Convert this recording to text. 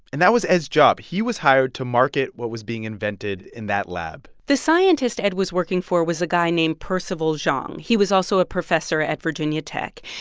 and that was ed's job. he was hired to market what was being invented in that lab the scientist ed was working for was a guy named percival zhang. he was also a professor at virginia tech.